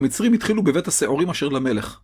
מצרים התחילו בבית השעורים אשר למלך.